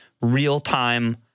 real-time